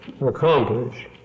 accomplish